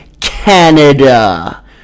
Canada